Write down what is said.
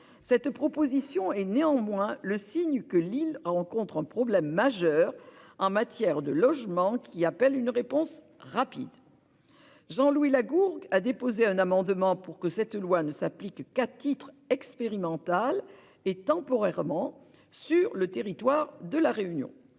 cette proposition est néanmoins le signe que l'île rencontre en matière de logement un problème majeur, qui appelle une réponse rapide. Jean-Louis Lagourgue a déposé un amendement pour que cette proposition de loi ne s'applique qu'à titre expérimental et temporaire sur le territoire de La Réunion.